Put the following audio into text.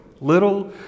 little